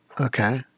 Okay